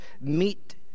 meet